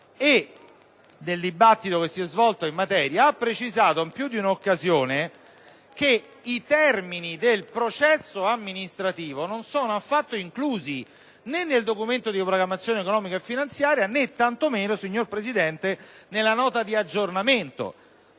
del dibattito che si e svolto in materia, ha precisato in piudi un’occasione che i termini del processo amministrativo non sono affatto inclusi ne´ nel Documento di programmazione economico-finanziaria ne´ tantomeno nella Nota di aggiornamento